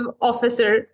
officer